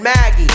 Maggie